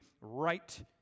right